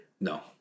No